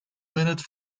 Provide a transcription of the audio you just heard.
minute